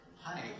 Hi